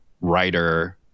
writer